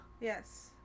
Yes